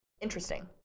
interesting